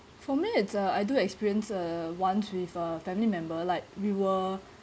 for me it's uh I do experience uh once with a family member like we were